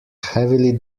heavily